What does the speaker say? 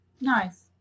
Nice